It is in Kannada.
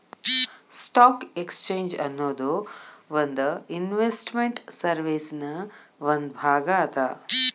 ಸ್ಟಾಕ್ ಎಕ್ಸ್ಚೇಂಜ್ ಅನ್ನೊದು ಒಂದ್ ಇನ್ವೆಸ್ಟ್ ಮೆಂಟ್ ಸರ್ವೇಸಿನ್ ಒಂದ್ ಭಾಗ ಅದ